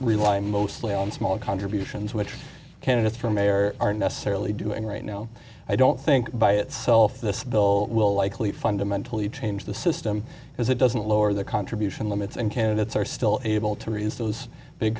rely mostly on small contributions which candidates for mayor are necessarily doing right now i don't think by itself this bill will likely fundamentally change the system as it doesn't lower the contribution limits and candidates are still able to reduce those big